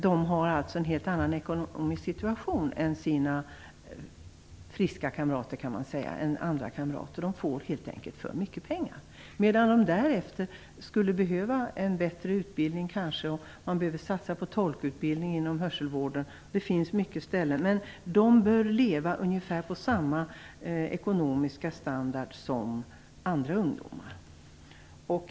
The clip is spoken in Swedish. De har en helt annan ekonomisk situation än sina friska kamrater, som helt enkelt får för mycket pengar. De skulle behöva en bättre utbildning, och det behöver göras en satsning på tolkutbildning inom hörselvården m.m. De bör kunna leva på ungefär samma ekonomiska standard som andra ungdomar.